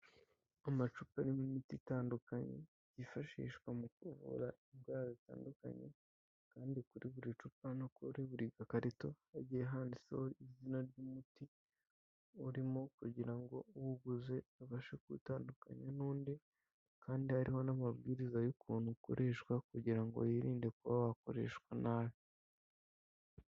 Amacupa arimo imiti itandukanye yifashishwa mu kuvura indwara zitandukanye, kandi kuri buri cupa no kuri buri gakarito, hagiye handitseho izina ry'umuti urimo, kugira ngo uwuguze abashe kuwutandukanya n'undi, kandi hariho n'amabwiriza y'ukuntu ukoreshwa kugira ngo wirinde kuba wakoreshwa nabi.